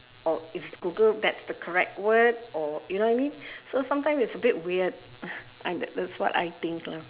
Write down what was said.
or is google that's the correct word or you know what I mean so sometimes it's a bit weird and that that's what I think lah